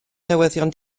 newyddion